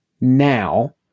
now